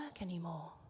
anymore